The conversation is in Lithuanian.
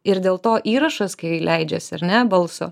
ir dėl to įrašas kai leidžiasi ar ne balso